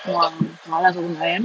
!wah! malas aku nak layan